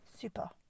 Super